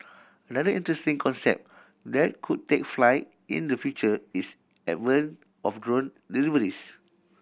another interesting concept that could take flight in the future is advent of drone deliveries